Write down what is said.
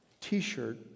t-shirt